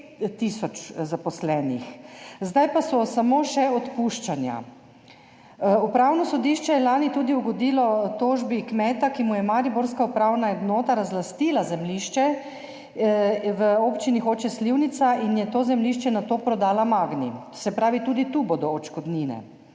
tisoč zaposlenih, zdaj pa so samo še odpuščanja. Upravno sodišče je lani tudi ugodilo tožbi kmeta, ki mu je mariborska upravna enota razlastila zemljišče v Občini Hoče - Slivnica in je to zemljišče nato prodala Magni. Se pravi, tudi tu bodo odškodnine.